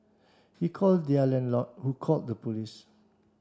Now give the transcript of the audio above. he called their landlord who called the police